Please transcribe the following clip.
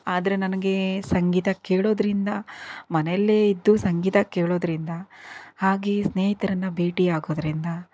ಆದರೆ ನನಗೆ ಸಂಗೀತ ಕೇಳೋದ್ರಿಂದ ಮನೆಲೇ ಇದ್ದು ಸಂಗೀತ ಕೇಳೋದ್ರಿಂದ ಹಾಗೆ ಸ್ನೇಹಿತ್ರನ್ನು ಭೇಟಿಯಾಗೋದ್ರಿಂದ